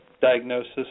diagnosis